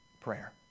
prayer